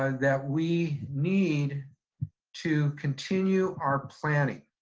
ah that we need to continue our planning.